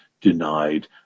denied